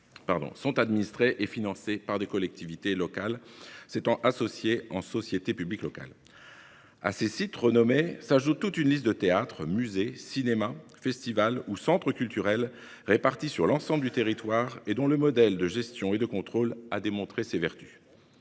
sont administrés et financés par des collectivités réunies en société publique locale. À ces sites renommés s'ajoute toute une liste de théâtres, musées, cinémas, festivals ou centres culturels, répartis sur l'ensemble du territoire et dont le modèle de gestion et de contrôle a fait la preuve